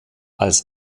als